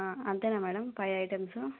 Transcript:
అంతేనా madam five items